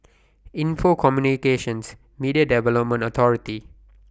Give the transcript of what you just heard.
Info Communications Media Development Authority